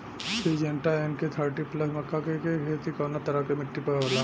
Syngenta NK thirty plus मक्का के के खेती कवना तरह के मिट्टी पर होला?